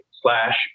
slash